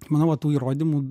manau va tų įrodymų